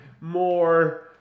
more